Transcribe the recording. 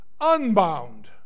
unbound